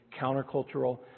countercultural